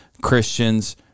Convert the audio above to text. Christians